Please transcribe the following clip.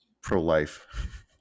pro-life